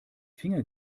finger